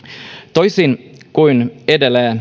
toisin kuin edellä